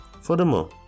Furthermore